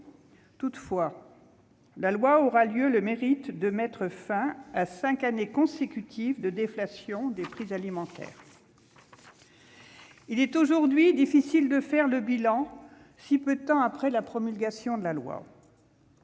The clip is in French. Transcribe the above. Toutefois, la loi aura eu le mérite de mettre fin à cinq années consécutives de déflation des prix alimentaires. Il est aujourd'hui difficile de faire le bilan si peu de temps après sa promulgation. Comme nous